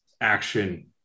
action